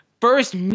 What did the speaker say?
first –